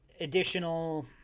additional